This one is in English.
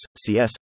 CS